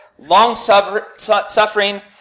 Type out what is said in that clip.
long-suffering